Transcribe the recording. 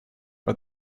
but